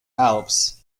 alps